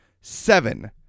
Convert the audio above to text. seven